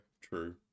True